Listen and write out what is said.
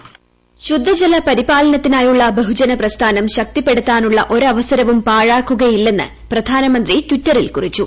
voice ശുദ്ധജല പരിപാലനത്തിനായുള്ള ബഹുജന പ്രസ്ഥാനം ശക്തിപ്പെടുത്താനുള്ള ഒരവസരവും പാഴാക്കുകയില്ലെന്ന് പ്രധാനമന്ത്രി ടിറ്ററിൽ കുറിച്ചു